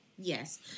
Yes